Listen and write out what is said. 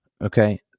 okay